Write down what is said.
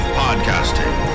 podcasting